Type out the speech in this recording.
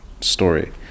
story